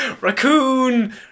Raccoon